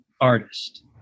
artist